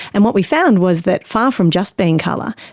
and what we found was that far from just being colour,